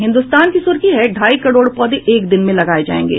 हिन्दुस्तान की सुर्खी है ढाई करोड़ पौधे एक दिन में लगाये जायेंगे